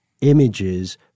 images